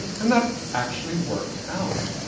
and that actually worked out.